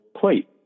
plate